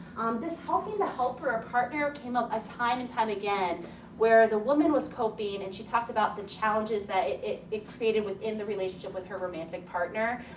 this helping the helper and ah partner came up ah time and time again where the woman was coping and she talked about the challenges that it it created within the relationship with her romantic partner.